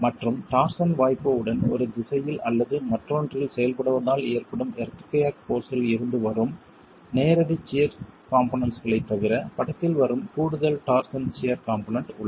மற்றும் டார்சன் வாய்ப்பு உடன் ஒரு திசையில் அல்லது மற்றொன்றில் செயல்படுவதால் ஏற்படும் எர்த்குயாக் போர்ஸ் இல் இருந்து வரும் நேரடி சியர் காம்போனென்ட்களைத் தவிர படத்தில் வரும் கூடுதல் டார்சன் சியர் காம்போனென்ட் உள்ளது